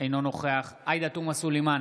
אינו נוכח עאידה תומא סלימאן,